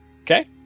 Okay